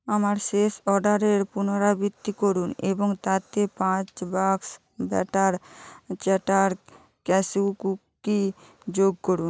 আমার শেষ অর্ডারের পুনরাবৃত্তি করুন এবং তাতে পাঁচ বাক্স ব্যাটার চ্যাটার ক্যাশিউ কুকি যোগ করুন